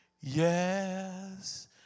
Yes